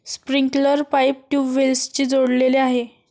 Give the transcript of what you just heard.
sprinkler pipe ट्यूबवेल्सशी जोडलेले आहे